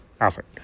Alfred